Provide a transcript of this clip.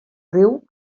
riu